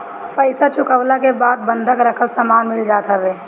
पईसा चुकवला के बाद बंधक रखल सामान मिल जात हवे